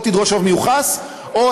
או,